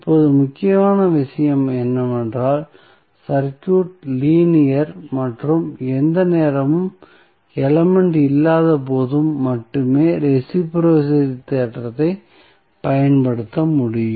இப்போது முக்கியமான விஷயம் என்னவென்றால் சர்க்யூட் லீனியர் மற்றும் எந்த நேரமும் எலமெண்ட் இல்லாத போது மட்டுமே ரெஸிபிரோஸிட்டி தேற்றத்தைப் பயன்படுத்த முடியும்